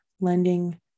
lending